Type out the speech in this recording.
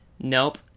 nope